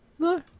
No